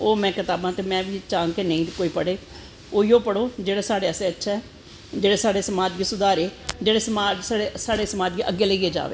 ते ओह् में कतावां चांह्ग के ओह् कोई कोई कताबां नेंई गै पढ़ै उऐ पढ़ो जेह्ड़ा साढ़े आस्तै अच्छा ऐ जेह्ड़ा साढ़े समाझ गी सुधारे जेह्ड़ा साढ़े समाज गी अग्गैं जाईयै जावै